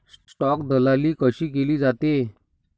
Stock दलाली कशी केली जाते?